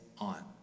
on